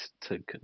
token